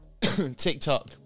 tiktok